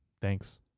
thanks